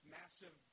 massive